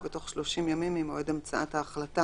או בתוך 30 ימים ממועד המצאת ההחלטה